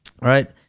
right